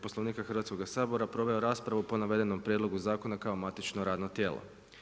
Poslovnika Hrvatskoga sabora proveo raspravu po navedenom prijedlogu zakona kao matično radno tijelo.